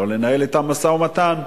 לא לנהל אתם משא-ומתן,